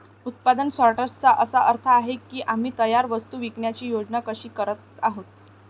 उत्पादन सॉर्टर्सचा अर्थ असा आहे की आम्ही तयार वस्तू विकण्याची योजना कशी तयार करतो